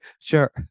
Sure